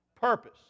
purpose